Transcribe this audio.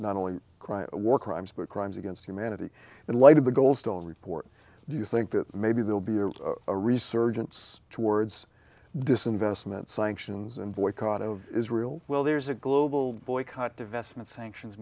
not only war crimes were crimes against humanity in light of the goldstone report do you think that maybe they'll be a resurgence towards disinvestment sanctions and boycott of israel will there's a global boycott divestment sanctions